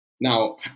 Now